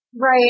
Right